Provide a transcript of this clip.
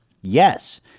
Yes